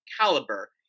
caliber